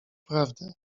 prawdę